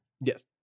yes